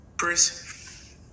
Chris